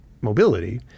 mobility